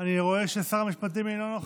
אני קובע כי הצעת החוק התקבלה בקריאה